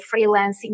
freelancing